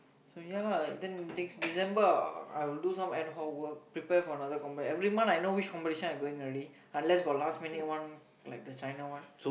so ya lah then next December I will do some ad hoke work prepare for another competition every month I know which competition I going already unless got last minute one like the China one